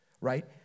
right